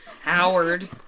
Howard